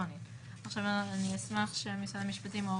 אבל זה חריג מאוד מאוד מצומצם ומשתדלים לא